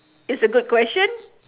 is a good question